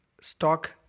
stock